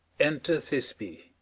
enter thisby